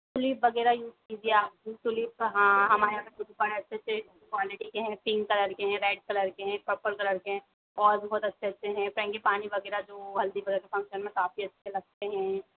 tulip वगैरह use कीजिए आप भी टयूलिप हाँ हमारे यहाँ तो खुद पर अच्छे अच्छे क्वालिटी के हैं पिंक कलर के है रेड कलर के है पर्पल कलर के हैं और भी बहुत अच्छे अच्छे हैं फ्रैंगिपानी वगैरा जो हल्दी वगैरा फ़ंक्शन मे काफी अच्छे लगते हैं